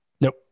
Nope